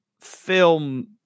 film